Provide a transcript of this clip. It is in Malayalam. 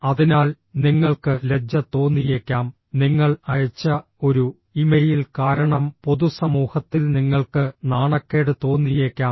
അതിനാൽ നിങ്ങൾക്ക് ലജ്ജ തോന്നിയേക്കാം നിങ്ങൾ അയച്ച ഒരു ഇമെയിൽ കാരണം പൊതുസമൂഹത്തിൽ നിങ്ങൾക്ക് നാണക്കേട് തോന്നിയേക്കാം